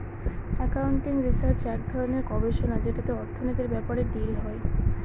accounting research এক ধরনের গবেষণা যেটাতে অর্থনীতির ব্যাপারে ডিল হয়